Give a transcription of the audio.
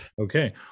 Okay